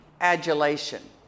adulation